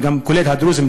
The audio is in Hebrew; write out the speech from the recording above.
כולל הדרוזיים,